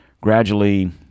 Gradually